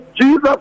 Jesus